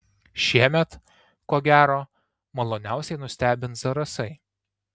šiemet ko gero maloniausiai nustebins zarasai